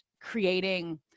creating